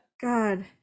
God